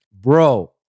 Bro